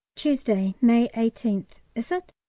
tuesday, may eighteenth, is it?